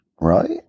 Right